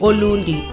Olundi